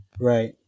right